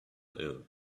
ill